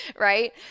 Right